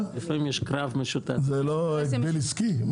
זה לא הגבל עסקי?